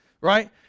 right